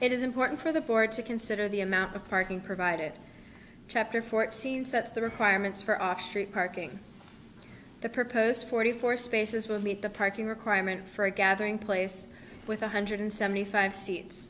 it is important for the board to consider the amount of parking provided chapter fourteen sets the requirements for off street parking the purpose forty four spaces would meet the parking requirement for a gathering place with one hundred seventy five seats